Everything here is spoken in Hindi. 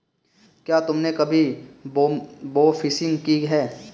क्या तुमने कभी बोफिशिंग की है?